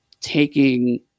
taking